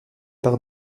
par